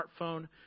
smartphone